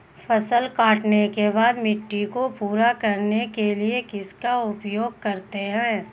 फसल काटने के बाद मिट्टी को पूरा करने के लिए किसका उपयोग करते हैं?